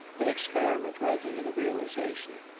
an experiment rather than a realization.